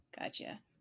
Gotcha